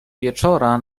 wieczora